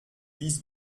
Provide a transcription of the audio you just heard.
vise